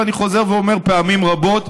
ואני חוזר ואומר פעמים רבות,